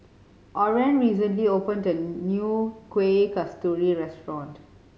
Oren recently opened a new Kuih Kasturi restaurant